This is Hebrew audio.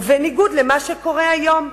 ובניגוד למה שקורה היום,